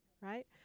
right